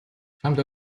чамд